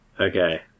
Okay